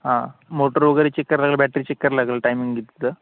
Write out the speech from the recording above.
हां मोटर वगैरे चेक करायला बॅटरी चेक करायला लागेल टाइमिंग घेते तर